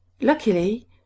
luckily